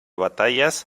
batallas